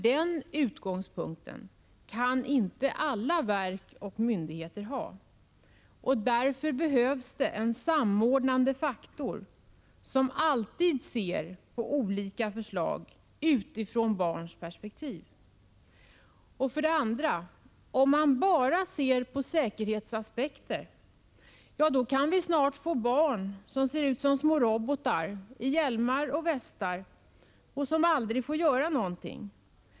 Den utgångspunkten kan inte alla verk och myndigheter ha. Därför behövs det en samordnande faktor, som hela tiden ser på olika förslag utifrån barns perspektiv. För det andra: Om man bara ser på säkerhetsaspekter, kan vi snart få barn som ser ut som små robotar i hjälmar och västar och som aldrig får göra någonting.